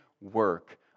work